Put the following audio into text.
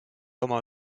oma